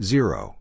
Zero